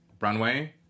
Runway